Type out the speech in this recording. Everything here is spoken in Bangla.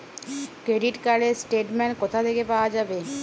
ক্রেডিট কার্ড র স্টেটমেন্ট কোথা থেকে পাওয়া যাবে?